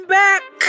back